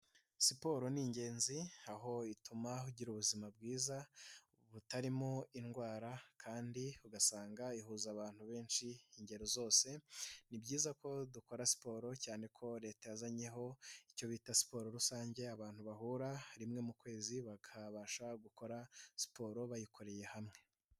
Siporo ni ingenzi aho ituma ugira ubuzima bwiza butarimo indwara kandi ugasanga ihuza abantu benshi ingero zose, ni byiza ko dukora siporo cyane ko leta yazanyeho icyo bita siporo rusange, abantu bahura rimwe mu kwezi bakabasha gukora siporo bayikoreye hamwe.